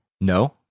No